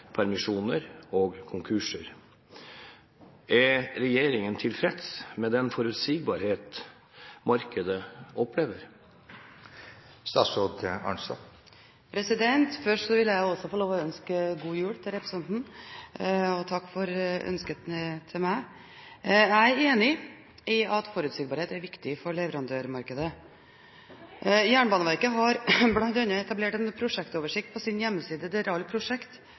permisjoner og konkurser. Er regjeringen tilfreds med den forutsigbarhet markedet opplever?» Først vil jeg også få lov til å ønske god jul til representanten og takke for ønsket til meg. Jeg er enig i at forutsigbarhet er viktig for leverandørmarkedet. Jernbaneverket har bl.a. etablert en prosjektoversikt på sin hjemmeside der alle prosjekter og oppdrag gjøres kjent for utlysing av konkurranse. Det